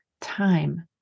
time